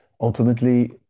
Ultimately